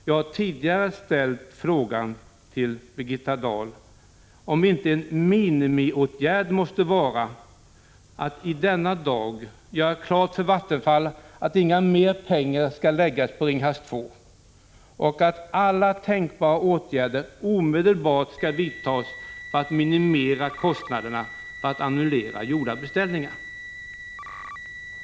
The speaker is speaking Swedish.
Jag har tidigare ställt frågan till Birgitta Dahl om inte en minimiåtgärd måste vara att i denna dag göra klart för Vattenfall att inga mer pengar skall läggas ner på Ringhals 2 och att alla tänkbara åtgärder omedelbart skall vidtas för att minimera kostnaderna för att annullera gjorda beställningar.